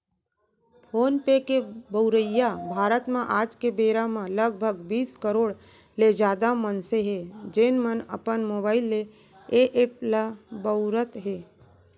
phone पे के बउरइया भारत म आज के बेरा म लगभग बीस करोड़ ले जादा मनसे हें, जेन मन अपन मोबाइल ले ए एप ल बउरत हें